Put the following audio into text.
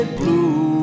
blue